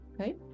Okay